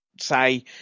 say